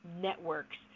networks